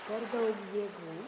per daug jėgų